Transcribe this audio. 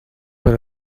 per